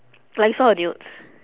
like you saw her nudes